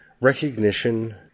Recognition